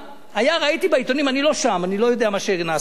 אני לא שם, אני לא יודע מה שנעשה שם,